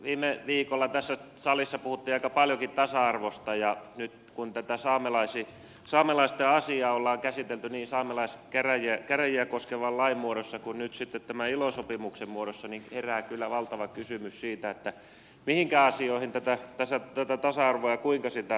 viime viikolla tässä salissa puhuttiin aika paljonkin tasa arvosta ja nyt kun tätä saamelaisten asiaa olemme käsitelleet niin saamelaiskäräjiä koskevan lain muodossa kuin nyt sitten tämän ilo sopimuksen muodossa herää kyllä valtava kysymys siitä mihinkä asioihin ja kuinka tätä tasa arvoa sovelletaan